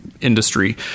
industry